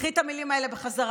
קחי את המילים האלה בחזרה